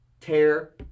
tear